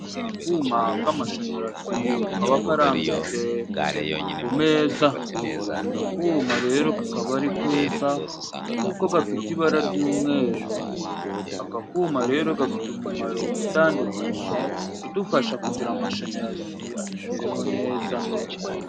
Aka ni akuma k'amashanyarazi kakaba karambitse ku meza, aka kuma rero kakaba ari keza kuko gafite ibara ry'umweru, aka kuma rero gafite umumaro utandukanye udufasha kugira amashanyarazi atugereho neza.